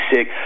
sick